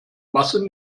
masse